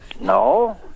No